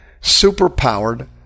superpowered